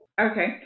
okay